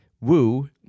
Woo